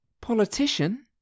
Politician